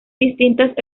distintas